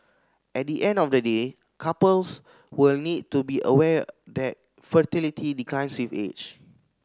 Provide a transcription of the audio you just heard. at the end of the day couples will need to be aware that fertility declines save age